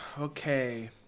Okay